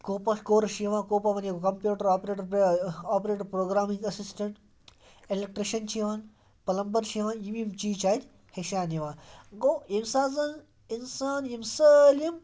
کوپا course چھِ یِوان کوپا وَنیو کَمپیوٗٹَر آپریٹَر آپریٹَر پرٛوگرامٕگۍ اَسِسٹَنٛٹ اٮ۪لیکٹِرٛشَن چھِ یِوان پٕلَمبَر چھِ یِوان یِم یِم چیٖز چھِ اَتہِ ہیٚچھان یِوان گوٚو ییٚمہِ ساتہٕ زَن اِنسان یِم سٲلِم